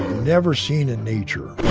never seen in nature